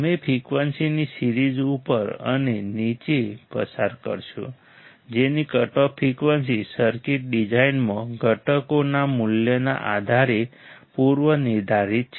તમે ફ્રિકવન્સીની સિરીઝ ઉપર અને નીચે પસાર કરશો જેની કટઓફ ફ્રીક્વન્સી સર્કિટ ડિઝાઇનમાં ઘટકોના મૂલ્યના આધારે પૂર્વનિર્ધારિત છે